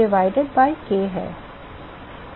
परिमाप phi